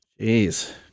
Jeez